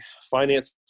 finance